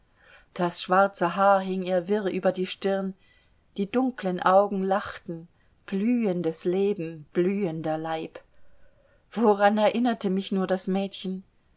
das schwarze haar hing ihr wirr über die stirn die dunklen augen lachten blühendes leben blühender leib woran erinnerte mich nur das mädchen